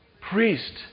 Priest